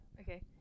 okay